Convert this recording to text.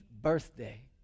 birthday